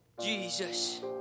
Jesus